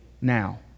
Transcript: now